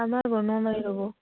আমাৰ বনোৱা নাই ৰ'ব